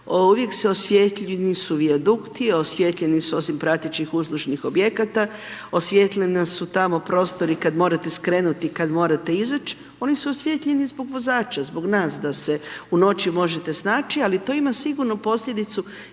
uvijek su, osvijetljeni su vijadukti, osvijetljeni su, osim pratećih uslužnih objekata, osvijetljena su tamo prostor i kad morate skrenut i kad morate izać, oni su osvijetljeni zbog vozača, zbog nas da se u noći možete snaći, ali to ima sigurno posljedicu